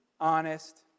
honest